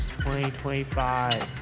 2025